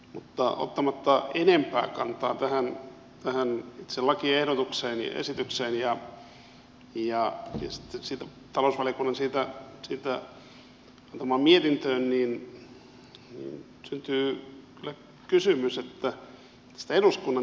mutta ottamatta enempää kantaa tähän itse lakiehdotukseen ja esitykseen ja talousvaliokunnan siitä antamaan mietintöön niin syntyy kyllä kysymys tästä eduskunnan työstä ylipäätään